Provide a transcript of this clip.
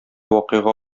вакыйга